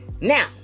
Now